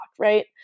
right